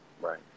Right